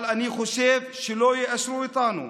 אבל אני חושב שלא יאשרו אותנו.